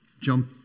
jump